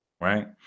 right